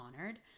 honored